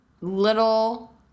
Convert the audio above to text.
little